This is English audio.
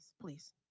please